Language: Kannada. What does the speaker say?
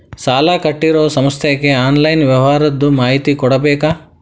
ಸಾಲಾ ಕೊಟ್ಟಿರೋ ಸಂಸ್ಥಾಕ್ಕೆ ಆನ್ಲೈನ್ ವ್ಯವಹಾರದ್ದು ಮಾಹಿತಿ ಕೊಡಬೇಕಾ?